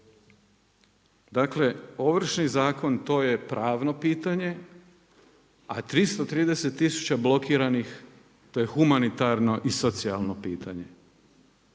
Dakle Ovršni zakon to je pravno pitanje, a 330 tisuća blokiranih to je humanitarno i socijalno pitanje.